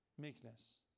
meekness